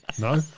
No